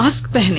mask पहने